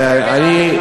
אבל אני מגן עליך.